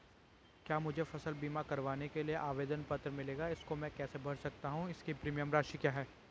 क्या मुझे फसल बीमा करवाने के लिए आवेदन पत्र मिलेगा इसको मैं कैसे भर सकता हूँ इसकी प्रीमियम राशि क्या है?